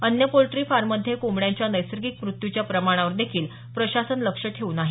अन्य poultry farm मध्ये कोंबड्याच्या नैसर्गिक मृत्यूच्या प्रमाणावर देखील प्रशासन लक्ष ठेऊन आहे